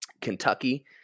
Kentucky